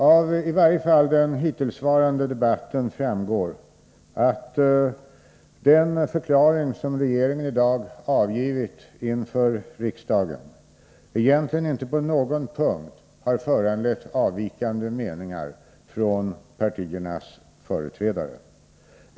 Av i varje fall den hittillsvarande debatten framgår att den förklaring som regeringen i dag avgivit inför riksdagen egentligen inte på någon punkt har föranlett avvikande meningar från partiernas företrädare.